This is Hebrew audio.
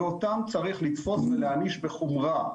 ואותם צריך לתפוס ולהעניש בחומרה,